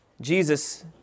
Jesus